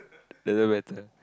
doesn't matter